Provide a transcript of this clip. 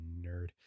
nerd